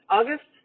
August